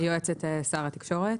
יועצת שר התקשורת.